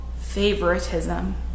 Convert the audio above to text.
favoritism